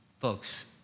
Folks